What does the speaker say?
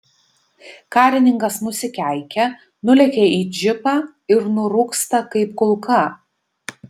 karininkas nusikeikia nulekia į džipą ir nurūksta kaip kulka